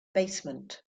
basement